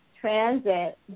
transit